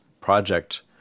project